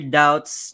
doubts